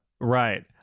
Right